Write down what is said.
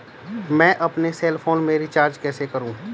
मैं अपने cell phone में रिचार्ज कैसे करूँ?